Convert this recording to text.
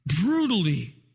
brutally